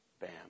bam